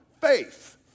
faith